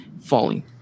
falling